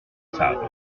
sabres